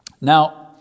Now